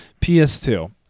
PS2